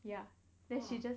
ya then she just